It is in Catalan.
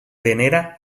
venera